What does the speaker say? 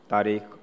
Tarik